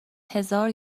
هزار